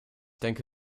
denke